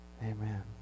Amen